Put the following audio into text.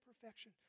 perfection